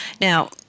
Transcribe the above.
Now